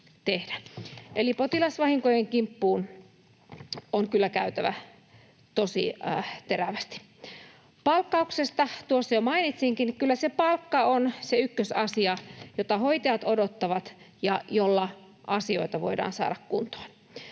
Eli potilasvahinkojen kimppuun on kyllä käytävä tosi terävästi. Palkkauksesta jo mainitsinkin. Kyllä palkka on se ykkösasia, jota hoitajat odottavat ja jolla asioita voidaan saada kuntoon.